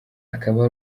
akaba